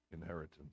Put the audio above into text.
inheritance